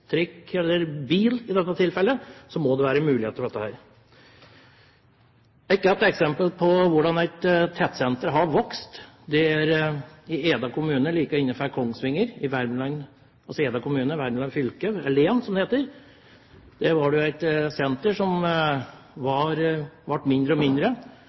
trikk eller bil, må det være mulighet for å komme dit. Et godt eksempel som viser hvordan et tettsenter har vokst, er i Eda kommune, like innenfor Kongsvinger, i Värmland fylke, eller län, som det heter. Der var det et senter som ble mindre og mindre.